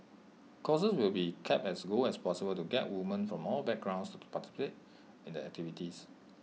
costs will be kept as low as possible to get woman from all backgrounds to participate in the activities